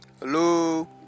Hello